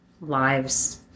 lives